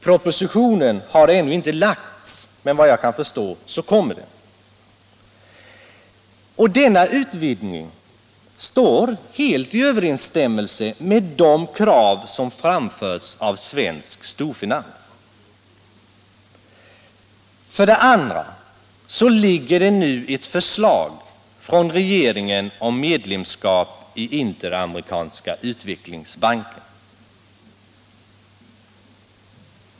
Propositionen har ännu inte lagts, men efter vad jag kan förstå kommer den. Denna utvidgning står helt i överensstämmelse med de krav som har framförts av svensk storfinans. Dessutom ligger nu ett förslag från regeringen om medlemskap i Interamerikanska utvecklingsbanken.